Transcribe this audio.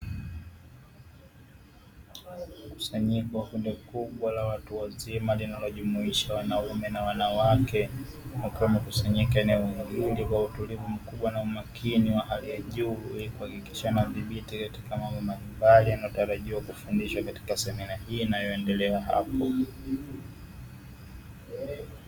Mkusanyiko wa kundi kubwa la watu wazima, linalojumuisha wanaume na wanawake, wakiwa wamekusanyika eneo zuri kwa utulivu mkubwa na umakini wa hali ya juu, ili kuhakikisha wanadhibiti katika mambo mbalimbali yanayotarajiwa kufundishwa katika semina hii inayoendelea hapo.